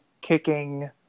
kicking